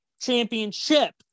Championship